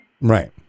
right